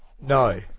No